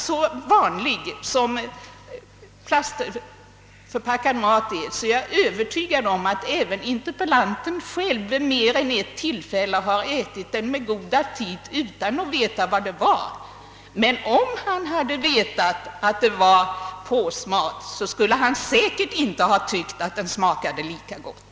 Eftersom plastförpackad mat är så vanlig, är jag övertygad om att interpellanten själv vid mer än ett tillfälle har ätit sådan mat med god aptit utan att veta vad det var. Men om han hade vetat att det var påsmat, skulle han säkert inte ha tyckt att den smakade lika gott.